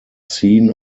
seen